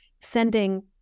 sending